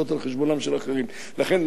לכן, לזה צריך לשאוף, אדוני היושב-ראש.